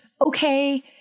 okay